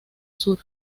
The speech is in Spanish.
sur